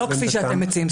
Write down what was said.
לא כפי שאתם מציעים.